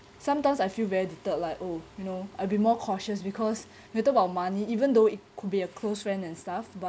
sometimes I feel very deterred like oh you know I'd be more cautious because you talk about money even though it could be a close friend and stuff but